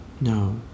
No